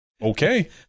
okay